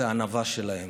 הענווה שלהם.